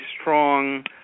strong